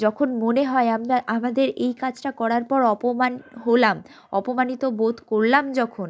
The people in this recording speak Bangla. যখন মনে হয় আমরা আমাদের এই কাজটা করার পর অপমান হলাম অপমানিত বোধ করলাম যখন